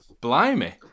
Blimey